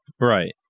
Right